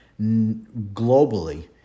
globally